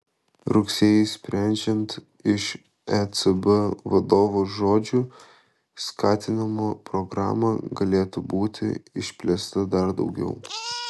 rugsėjį sprendžiant iš ecb vadovų žodžių skatinimo programa galėtų būti išplėsta dar daugiau